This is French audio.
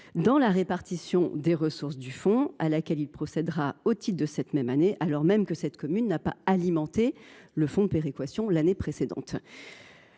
dans la répartition des ressources du fonds, à laquelle il procédera au titre de cette année, alors même que cette commune n’aura pas alimenté ce fonds l’année précédente.